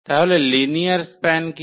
তাহলে linear span কি